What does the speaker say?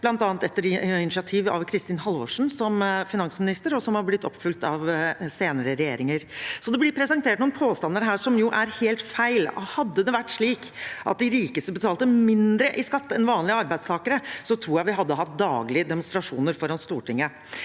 bl.a. etter initiativ fra Kristin Halvorsen da hun var finansminister, og som har blitt fulgt opp av senere regjeringer. Det blir altså presentert noen påstander her som er helt feil. Hadde det vært slik at de rikeste betalte mindre i skatt enn vanlige arbeidstakere, tror jeg vi hadde hatt daglige demonstrasjoner foran Stortinget.